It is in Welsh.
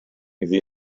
iddi